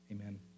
amen